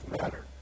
matter